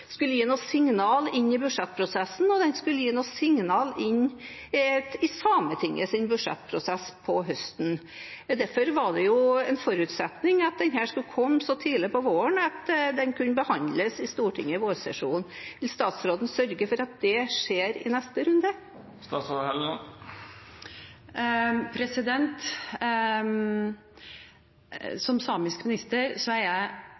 skulle gi noen signal inn i budsjettprosessen og gi noen signal inn i Sametingets budsjettprosess på høsten. Derfor var det en forutsetning at den skulle komme så tidlig på våren at den kunne behandles i Stortinget i vårsesjonen. Vil statsråden sørge for at det skjer i neste runde? Som samisk minister er jeg